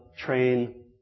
train